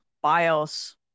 BIOS